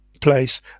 place